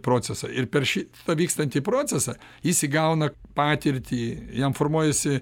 procesą ir per šį vykstantį procesą jis įgauna patirtį jam formuojasi